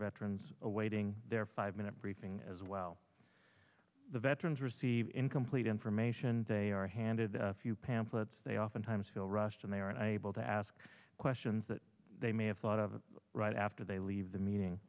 veterans awaiting their five minute briefing as well the veterans receive incomplete information they are handed few pamphlets they oftentimes feel rushed and they aren't able to ask questions that they may have thought of right after they leave the meeting